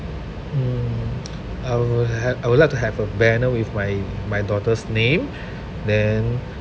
mm I would have I would like to have a banner with my my daughter's name then